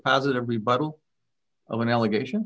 positive rebuttal of an allegation